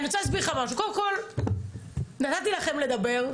קודם כל נתתי לכם לדבר,